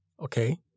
okay